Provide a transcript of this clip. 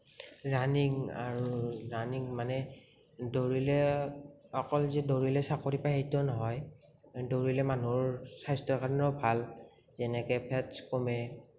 running আৰু running মানে দৌৰিলে অকল যে দৌৰিলে চাকৰি পায় সেইটো নহয় দৌৰিলে মানুহৰ স্বাস্থ্যৰ কাৰণেও ভাল যেনেকে ফেটচ কমে